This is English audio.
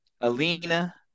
Alina